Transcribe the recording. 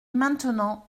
maintenant